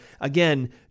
Again